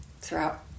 throughout